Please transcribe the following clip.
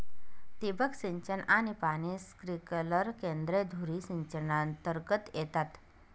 ठिबक सिंचन आणि पाणी स्प्रिंकलर केंद्रे धुरी सिंचनातर्गत येतात